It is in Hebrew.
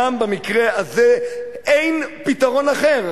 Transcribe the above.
גם במקרה הזה אין פתרון אחר,